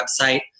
website